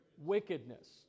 Wickedness